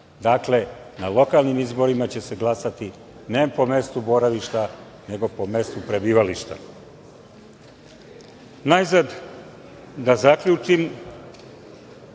snage. Dakle, na lokalnim izborima će se glasati ne po mestu boravišta, nego po mestu prebivališta. Najzad, da zaključim,